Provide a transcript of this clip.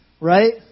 Right